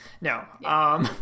No